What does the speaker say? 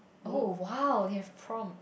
oh !wow! you have prom